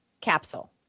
capsule